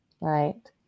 Right